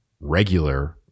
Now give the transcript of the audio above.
regular